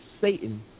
Satan